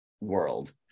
world